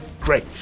Great